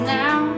now